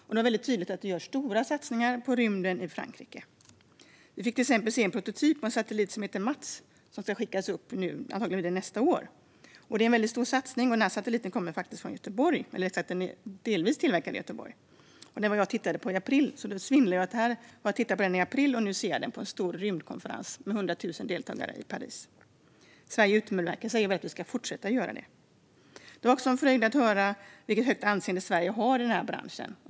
Det var väldigt tydligt att man i Frankrike gör stora satsningar på rymden. Vi fick till exempel se en prototyp av en satellit som heter Mats, som förmodligen ska skickas upp nästa år. Detta är en stor satsning, och satelliten är faktiskt delvis tillverkad i Göteborg. Jag var där i april och tittade på den. Det var en svindlande tanke: I april var jag och tittade på den i Göteborg och nu fick jag se den på en stor rymdkonferens i Paris med hundra tusen deltagare. Sverige utmärker sig, och jag vill att vi ska fortsätta göra det. Det var också en fröjd att höra vilket högt anseende Sverige har i branschen.